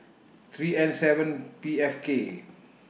three N seven P F K